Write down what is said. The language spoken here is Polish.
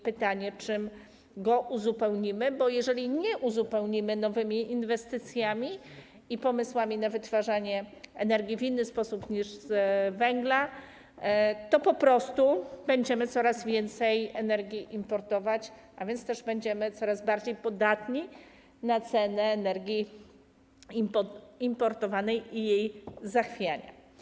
Pytanie, czym go uzupełnimy, bo jeżeli nie uzupełnimy nowymi inwestycjami i pomysłami na wytwarzanie energii w inny sposób niż z węgla, to po prostu będziemy coraz więcej energii importować, a więc też będziemy coraz bardziej podatni na cenę energii importowanej i jej zachwiania.